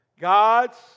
God's